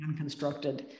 unconstructed